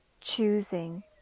choosing